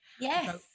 Yes